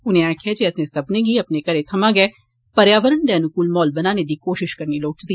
उनें आखेआ जे असें सब्मने गी अपने घरें थमां गै पर्यावरण दे अनुकूल म्हौल बनाने दी कोशश करनी लोड़चदी